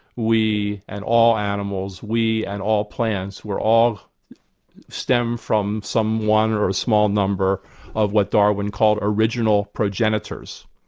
we and all animals, we and all plants, we are all stemmed from someone or a small number of what darwin called original progenitors.